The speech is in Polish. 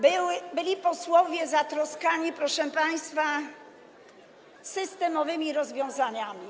Byli posłowie zatroskani, proszę państwa, systemowymi rozwiązaniami.